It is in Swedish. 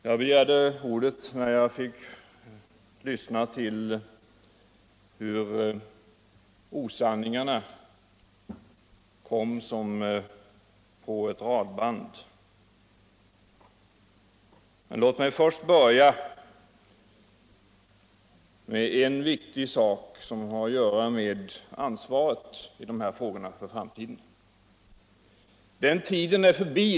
Jag begiärde ordet när jag hörde osanningarna komma tätt som kulor på ett radband. Låt miz börja med en viktig sak som har att göra med ansvaret för kärnkraftsfrågorna för framtiden. Den tid är förbi.